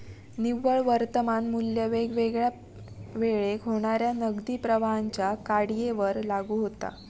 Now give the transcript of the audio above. निव्वळ वर्तमान मू्ल्य वेगवेगळ्या वेळेक होणाऱ्या नगदी प्रवाहांच्या कडीयेवर लागू होता